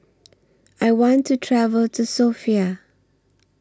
I want to travel to Sofia